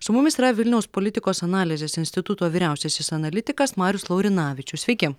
su mumis yra vilniaus politikos analizės instituto vyriausiasis analitikas marius laurinavičius sveiki